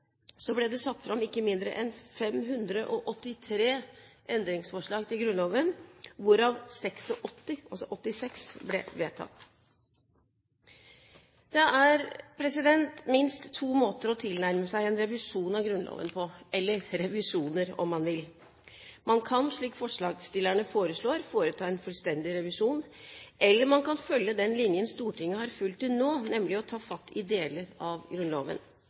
ble det satt fram ikke mindre enn 583 endringsforslag til Grunnloven, hvorav 86 ble vedtatt. Det er minst to måter å tilnærme seg en revisjon – eller revisjoner, om man vil – av Grunnloven på. Man kan, slik forslagsstillerne foreslår, foreta en fullstendig revisjon, eller man kan følge den linjen Stortinget har fulgt til nå, nemlig å ta fatt i deler av Grunnloven.